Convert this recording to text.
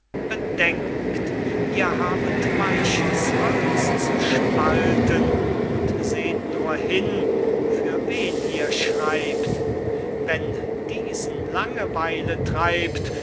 bedenkt ihr habet weiches holz zu spalten und seht nur hin für wen ihr schreibt wenn diesen langeweile treibt